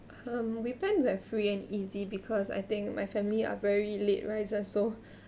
um we tend to have free and easy because I think my family are very late risers so